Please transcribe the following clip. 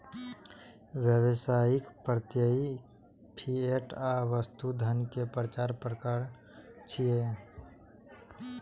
व्यावसायिक, प्रत्ययी, फिएट आ वस्तु धन के चार प्रकार छियै